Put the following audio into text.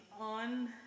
on